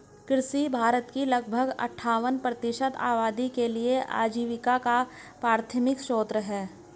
कृषि भारत की लगभग अट्ठावन प्रतिशत आबादी के लिए आजीविका का प्राथमिक स्रोत है